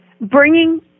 bringing